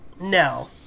No